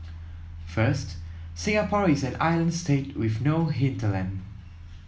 first Singapore is an island state with no hinterland